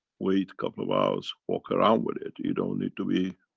wait couple of hours. walk around with it. you don't need to be,